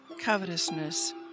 covetousness